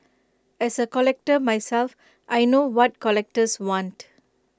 as A collector myself I know what collectors want